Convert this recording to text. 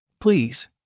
Please